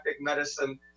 medicine